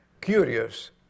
curious